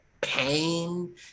pain